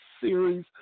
series